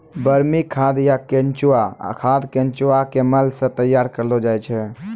वर्मी खाद या केंचुआ खाद केंचुआ के मल सॅ तैयार करलो जाय छै